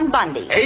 Bundy